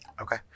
Okay